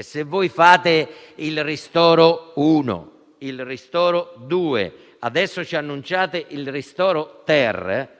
Se voi fate il ristoro 1, il ristoro 2 e adesso ci annunciate il ristoro 3,